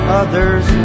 others